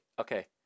Okay